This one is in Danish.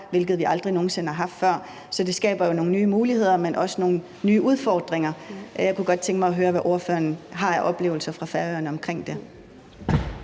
hvilket vi aldrig nogen sinde har haft før. Så det skaber jo nogle nye muligheder, men også nogle nye udfordringer. Jeg kunne godt tænke mig at høre, hvad ordføreren har af oplevelser fra Færøerne omkring det.